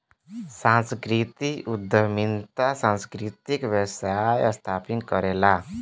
सांस्कृतिक उद्यमिता सांस्कृतिक व्यवसाय स्थापित करला